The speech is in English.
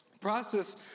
process